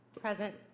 Present